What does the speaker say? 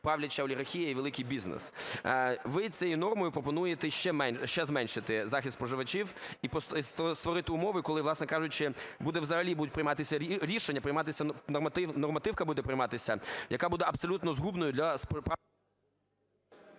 правляча олігархія і великий бізнес. Ви цією нормою пропонуєте ще зменшити захист споживачів і створити умови, коли, власне кажучи, буде взагалі… будуть прийматися рішення, прийматися… нормативка буде прийматися, яка буде абсолютно згубною для…